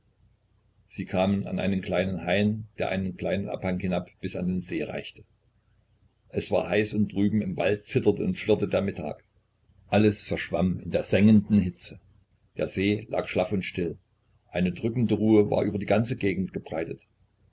sie kamen an einen kleinen hain der einen kleinen abhang hinab bis an den see reichte es war heiß und drüben im walde zitterte und flirrte der mittag alles verschwamm in der saugenden hitze der see lag schlaff und still eine drückende ruhe war über die ganze gegend gebreitet